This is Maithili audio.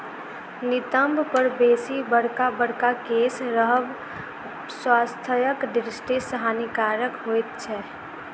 नितंब पर बेसी बड़का बड़का केश रहब स्वास्थ्यक दृष्टि सॅ हानिकारक होइत छै